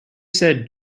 said